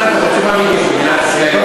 אז כולנו נראה את הפרצוף האמיתי של מדינת ישראל.